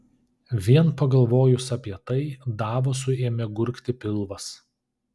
vien pagalvojus apie tai davosui ėmė gurgti pilvas